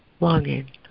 longing